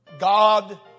God